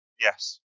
yes